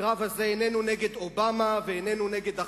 הקרב הזה איננו נגד אובמה, ואיננו נגד ה"חמאס",